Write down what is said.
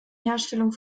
herstellung